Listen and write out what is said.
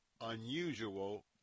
unusual